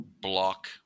block